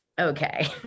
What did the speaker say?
Okay